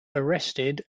arrested